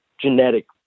genetic